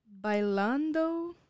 Bailando